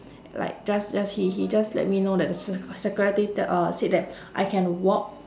like just just he he just let me know that the se~ security tell uh said that I can walk